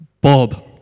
Bob